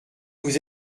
vous